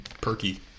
perky